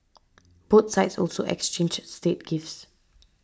both sides also exchanged state gifts